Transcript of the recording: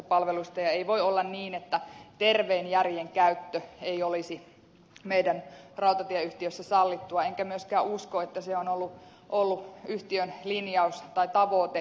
ja ei voi olla niin että terveen järjen käyttö ei olisi meidän rautatieyhtiössämme sallittua enkä myöskään usko että se on ollut yhtiön linjaus tai tavoite